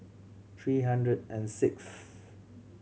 three hundred and sixth